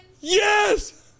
Yes